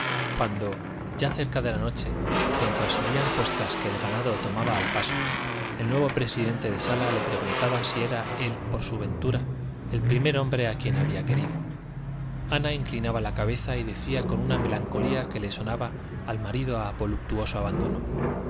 cuando ya cerca de la noche mientras subían cuestas que el ganado tomaba al paso el nuevo presidente de sala le preguntaba si era él por su ventura el primer hombre a quien había querido ana inclinaba la cabeza y decía con una melancolía que le sonaba al marido a voluptuoso abandono